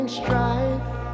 strife